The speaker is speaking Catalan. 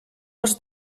els